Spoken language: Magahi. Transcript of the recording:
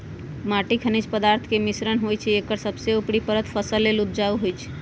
माटी खनिज पदार्थ के मिश्रण होइ छइ एकर सबसे उपरी परत फसल लेल उपजाऊ होहइ